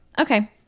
Okay